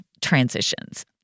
transitions